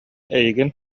эйигин